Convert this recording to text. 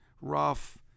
rough